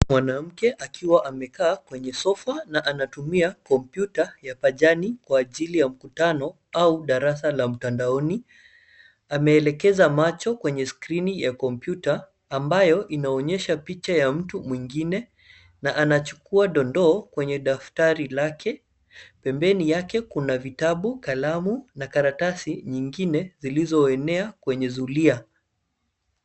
Mwanamke akiwa amekaa kwenye sofa na anatumia kompyuta ya pajani kwa ajili ya mkutano au darasa la mtandaoni. Ameelekeza macho kwenye skrini ya kompyuta ambayo inaonyesha picha ya mtu mwingine na anachukua dondoo kwenye daftari lake. Pembeni yake kuna vitabu, kalamu na karatasi nyingine zilizoenea kwenye zulia.